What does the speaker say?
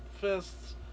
fists